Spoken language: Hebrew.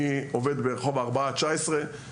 אני עובד ברחוב הארבעה 19,